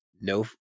no